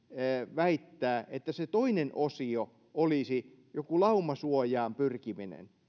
väittää että se toinen osio olisi joku laumasuojaan pyrkiminen